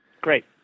Great